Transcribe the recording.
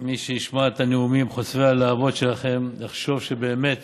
הנאומים חוצבי הלהבות שלכם יחשוב שבאמת